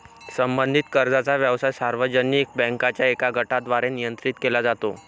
संबंधित कर्जाचा व्यवसाय सार्वजनिक बँकांच्या एका गटाद्वारे नियंत्रित केला जातो